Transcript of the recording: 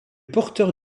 porteur